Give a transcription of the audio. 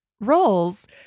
Roles